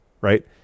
right